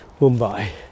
Mumbai